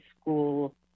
school